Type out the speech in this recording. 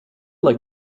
like